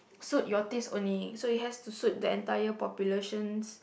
suit your taste only so it has to suit the entire populations